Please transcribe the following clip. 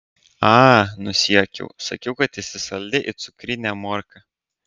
a nusijuokiau sakiau kad esi saldi it cukrinė morka